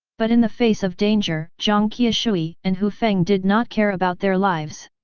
but in the face of danger, jiang qiushui and hu feng did not care about their lives.